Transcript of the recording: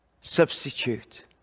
substitute